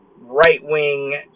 right-wing